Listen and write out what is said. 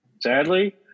sadly